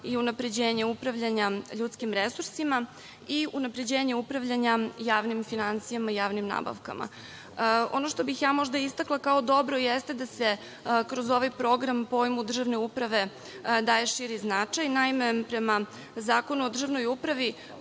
i unapređenje upravljanja ljudskim resursima i unapređenje upravljanja javnim finansijama i javnim nabavkama. Ono što bih možda istakla kao dobro jeste da se kroz ovaj program pojmu državne uprave daje širi značaj. Naime, prema Zakonu o državnoj upravi